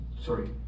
Sorry